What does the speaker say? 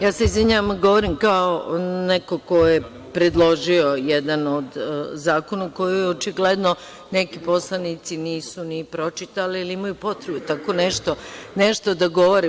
Ja se izvinjavam, govorim kao neko ko je predložio jedan od zakona koji očigledno neki poslanici nisu ni pročitali ili imaju potrebu tako nešto da govore.